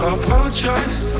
apologize